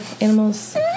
animals